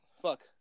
Fuck